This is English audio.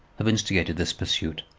have instigated this pursuit.